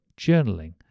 journaling